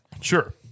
Sure